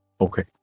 Okay